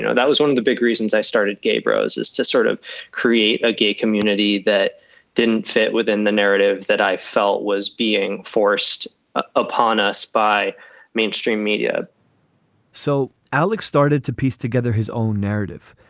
you know that was one of the big reasons i started gaybros is to sort of create a gay community that didn't fit within the narrative that i felt was being forced upon us by mainstream media so alex started to piece together his own narrative.